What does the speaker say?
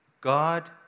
God